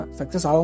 success